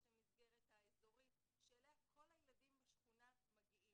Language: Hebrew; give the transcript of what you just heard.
יש את המסגרת האזורית שאליה כל הילדים בשכונה מגיעים,